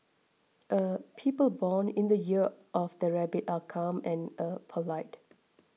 er people born in the year of the rabbit are calm and er polite